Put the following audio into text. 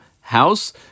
house